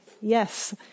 Yes